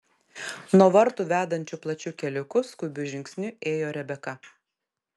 nuo vartų vedančiu plačiu keliuku skubiu žingsniu ėjo rebeka